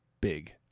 big